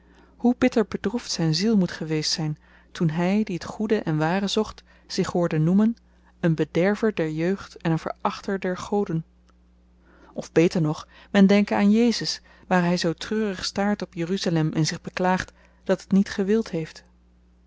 wordt hoe bitter bedroefd zyn ziel moet geweest zyn toen hy die t goede en ware zocht zich hoorde noemen een bederver der jeugd en een verachter der goden of beter nog men denke aan jezus waar hy zoo treurig staart op jeruzalem en zich beklaagt dat het niet gewild heeft